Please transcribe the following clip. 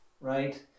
right